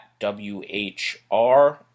whr